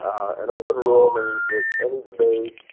an open rule means that any debate